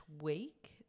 week